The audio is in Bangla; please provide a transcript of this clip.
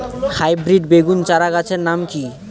হাইব্রিড বেগুন চারাগাছের নাম কি?